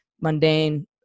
mundane